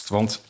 Want